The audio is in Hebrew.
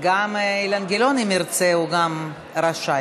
גם אילן גילאון, אם ירצה, רשאי.